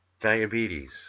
diabetes